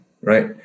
right